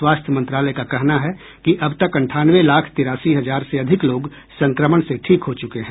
स्वास्थ्य मंत्रालय का कहना है कि अब तक अंठानवे लाख तिरासी हज़ार से अधिक लोग संक्रमण से ठीक हो चुके हैं